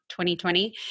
2020